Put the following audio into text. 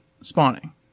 spawning